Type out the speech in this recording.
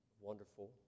wonderful